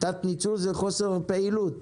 תת ניצול זה חוסר פעילות,